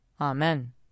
Amen